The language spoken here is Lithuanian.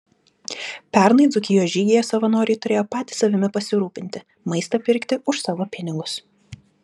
pernai dzūkijos žygyje savanoriai turėjo patys savimi pasirūpinti maistą pirkti už savo pinigus